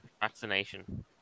Vaccination